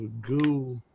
goo